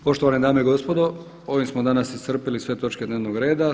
Poštovane dame i gospodo, ovim smo danas iscrpili sve točke dnevnog reda.